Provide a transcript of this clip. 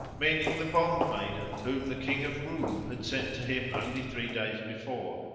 meaning the bond maiden whom the king of roum had sent to him only three days before,